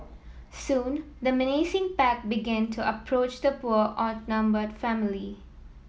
soon the menacing pack began to approach the poor outnumbered family